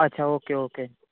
અછા okay okay